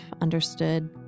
understood